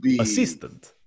assistant